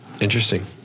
interesting